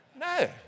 No